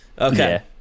okay